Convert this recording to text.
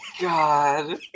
God